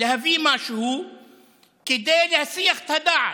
להביא משהו כדי להסיח את הדעת,